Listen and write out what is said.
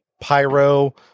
Pyro